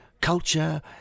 culture